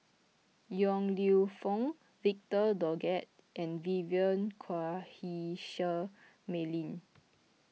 Yong Lew Foong Victor Doggett and Vivien Quahe Seah Mei Lin